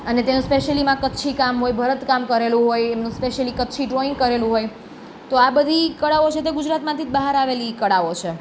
અને ત્યાંનું સ્પેસલીમાં કચ્છી કામ હોય ભરત કામ કરેલું હોય એમનું સ્પેસયલી કચ્છી ડ્રોઈંગ કરેલું હોય તો આ બધી કળાઓ છે તે ગુજરાતમાંથી જ બહાર આવેલી કળાઓ છે